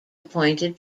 appointed